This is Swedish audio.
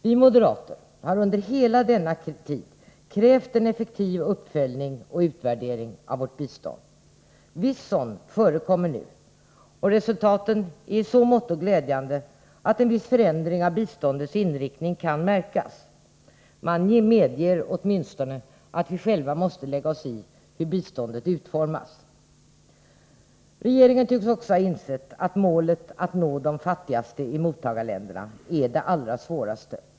Vi moderater har under hela denna tid krävt en effektiv uppföljning och utvärdering av vårt bistånd. Viss sådan förekommer nu, och resultaten är i så måtto glädjande att en viss förändring av biståndets inriktning kan märkas. Man medger åtminstone att vi själva måste lägga oss i hur biståndet utformas. Regeringen tycks också ha insett att målet att nå de fattigaste i mottagarländerna är det allra svåraste.